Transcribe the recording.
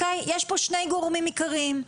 יש פה שני גורמים עיקריים.